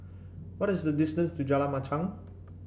what is the distance to Jalan Machang